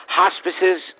hospices